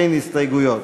אין הסתייגויות.